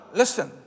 listen